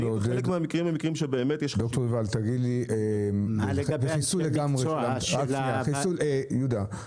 מה לגבי אנשי המקצוע של הוועדות?